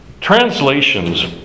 translations